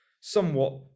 somewhat